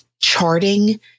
charting